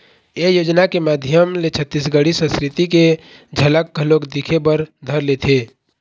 ए योजना के माधियम ले छत्तीसगढ़ी संस्कृति के झलक घलोक दिखे बर धर लेथे